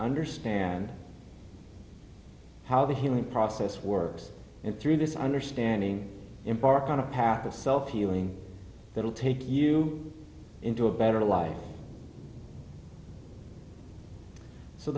understand how the healing process works and through this understanding in part on a path of self healing that will take you into a better life so